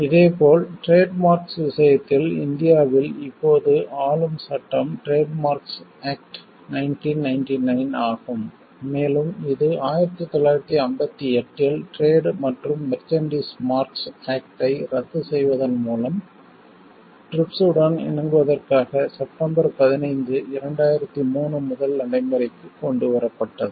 இதேபோல் trade marks விஷயத்தில் இந்தியாவில் இப்போது ஆளும் சட்டம் டிரேட் மார்க்ஸ் ஆக்ட் 1999 ஆகும் மேலும் இது 1958 இல் டிரேட் மற்றும் மெர்ச்சன்டிஸ் மார்க்ஸ் ஆக்ட்டை ரத்து செய்வதன் மூலம் TRIPS உடன் இணங்குவதற்காக செப்டம்பர் 15 2003 முதல் நடைமுறைக்கு கொண்டு வரப்பட்டது